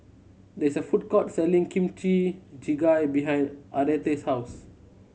there is a food court selling Kimchi Jjigae behind Aretha's house